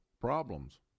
problems